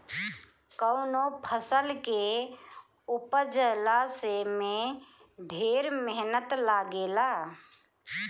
कवनो फसल के उपजला में ढेर मेहनत लागेला